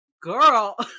girl